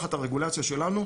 תחת הרגולציה שלנו.